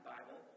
Bible